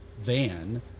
van